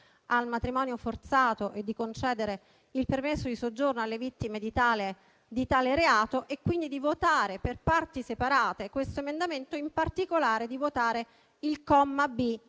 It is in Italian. al matrimonio forzato e di concedere il permesso di soggiorno alle vittime di tale reato, e quindi di votare per parti separate questo emendamento, in particolare il comma b)